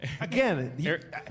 Again